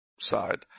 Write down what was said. side